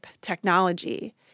technology